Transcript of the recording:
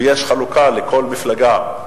ויש חלוקה לכל מפלגה,